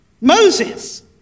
Moses